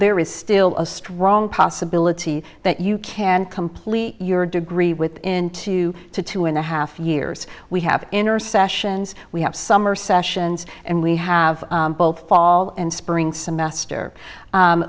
there is still a strong possibility that you can complete your degree within two to two and a half years we have intercessions we have summer sessions and we have both fall and spring semester